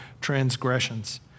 transgressions